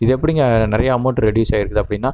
இது எப்படிங்க நிறையா அமௌண்ட் ரெட்யூஸ் ஆகியிருக்குது அப்படினா